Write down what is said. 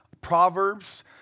proverbs